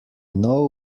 know